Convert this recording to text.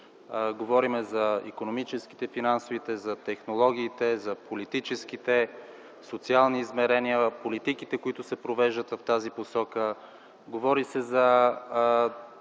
Говори се за икономическите и финансовите измерения, технологиите, политическите и социални измерения, политиките, които се провеждат в тази посока, говори се за